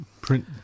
print